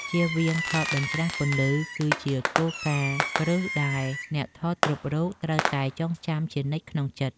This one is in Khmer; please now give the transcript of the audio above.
ចៀសវាងថតបញ្ច្រាសពន្លឺគឺជាគោលការណ៍គ្រឹះដែលអ្នកថតរូបគ្រប់រូបត្រូវតែចងចាំជានិច្ចក្នុងចិត្ត។